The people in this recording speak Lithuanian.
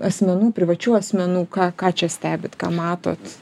asmenų privačių asmenų ką ką čia stebit ką matot